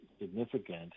significant